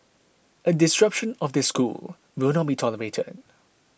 a disruption of the school will not be tolerated